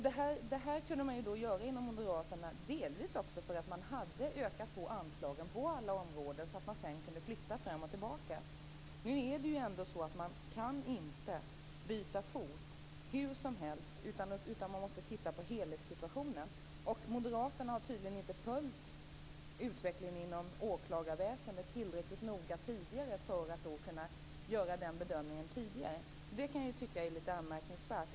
Det kunde man göra delvis därför att man hade ökat anslagen på alla områden, och man kunde sedan flytta fram och tillbaka. Man kan ändå inte byta fot hur som helst. Man måste titta på hela situationen. Moderaterna har tydligen inte följt utvecklingen inom åklagarväsendet tillräckligt noga tidigare, eftersom man inte har kunnat göra den bedömningen tidigare. Det kan jag tycka är lite anmärkningsvärt.